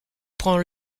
prends